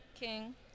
King